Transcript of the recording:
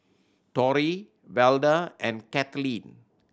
Torry Velda and Cathleen